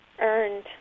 earned